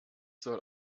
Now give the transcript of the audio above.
soll